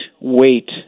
wait